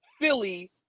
Philly